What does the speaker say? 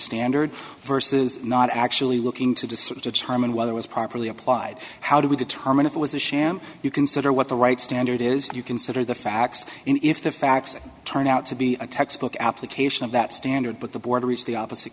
standard versus not actually looking to discern the charm and whether was properly applied how do we determine if it was a sham you consider what the right standard is you consider the facts and if the facts turn out to be a textbook application of that standard but the border is the opposite